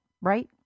right